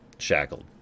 shackled